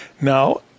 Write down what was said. Now